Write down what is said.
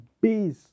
base